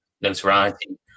notoriety